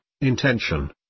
intention